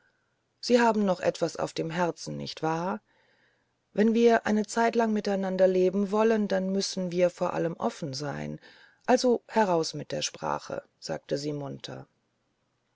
sie haben noch etwas auf dem herzen nicht wahr wenn wir eine zeitlang miteinander leben wollen dann müssen wir vor allem offen sein also heraus mit der sprache sagte sie munter